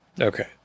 Okay